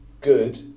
good